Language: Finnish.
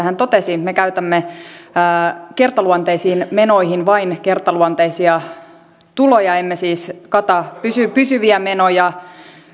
hän totesi käyttää kertaluonteisiin menoihin vain kertaluonteisia tuloja emme siis kata pysyviä pysyviä menoja